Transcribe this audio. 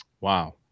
Wow